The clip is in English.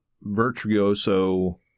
virtuoso